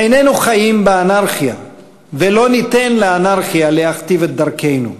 איננו חיים באנרכיה ולא ניתן לאנרכיה להכתיב את דרכנו.